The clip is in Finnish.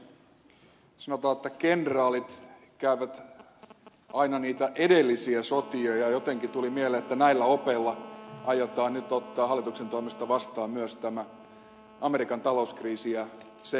sanotaan että kenraalit käyvät aina niitä edellisiä sotia ja jotenkin tuli mieleen että näillä opeilla aiotaan nyt ottaa hallituksen toimesta vastaan myös tämä amerikan talouskriisi ja sen vaikutukset